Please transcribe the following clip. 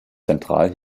zentral